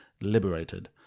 liberated